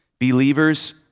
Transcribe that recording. believers